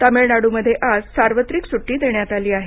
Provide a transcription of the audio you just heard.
तामिळनाडूमध्ये आज सार्वत्रिक स्टी देण्यात आली आहे